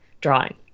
drawing